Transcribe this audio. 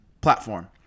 platform